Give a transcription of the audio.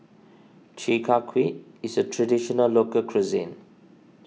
Chi Kak Kuih is a Traditional Local Cuisine